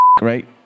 right